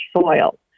soil